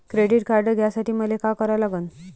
Credit card घ्यासाठी मले का करा लागन?